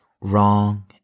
wrong